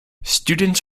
students